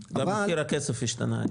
אבל --- גם מחיר הכסף השתנה.